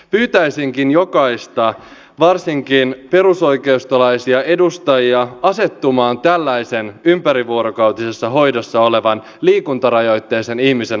pyytäisinkin jokaista varsinkin perusoikeistolaisia edustajia asettumaan tällaisen ympärivuorokautisessa hoidossa olevan liikuntarajoitteisen ihmisen asemaan